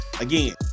again